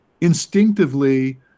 instinctively